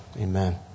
Amen